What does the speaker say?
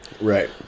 Right